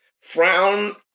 frown